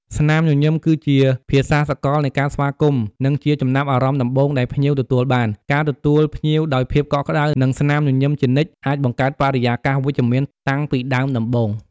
ស្នាមញញឹម គឺជាភាសាសកលនៃការស្វាគមន៍ និងជាចំណាប់អារម្មណ៍ដំបូងដែលភ្ញៀវទទួលបាន ការទទួលភ្ញៀវដោយភាពកក់ក្តៅ និងស្នាមញញឹមជានិច្ច អាចបង្កើតបរិយាកាសវិជ្ជមានតាំងពីដើមដំបូង។